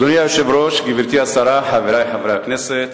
אדוני היושב-ראש, גברתי השרה, חברי חברי הכנסת,